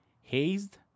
Hazed